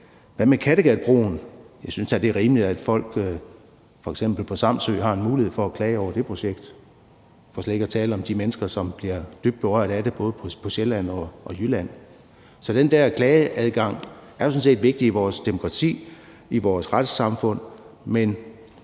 hvad med Kattegatbroen? Jeg synes da, det er rimeligt, at folk, f.eks. på Samsø, har en mulighed for at klage over det projekt, for slet ikke at tale om de mennesker, som bliver dybt berørt af det, både på Sjælland og i Jylland. Så den der klageadgang er jo sådan set vigtig i vores demokrati og i vores retssamfund,